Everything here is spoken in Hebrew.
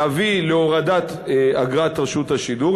להביא להפחתת אגרת רשות השידור,